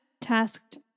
tasked